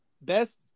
best